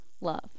love